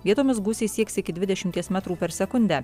vietomis gūsiai sieks iki dvidešimties metrų per sekundę